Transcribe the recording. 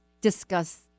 discuss